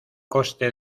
coste